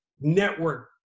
network